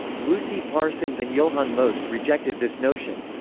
lucy parsons and johann most rejected this notion.